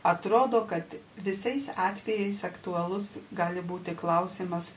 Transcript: atrodo kad visais atvejais aktualus gali būti klausimas